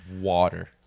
water